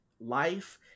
life